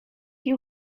you